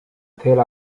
tel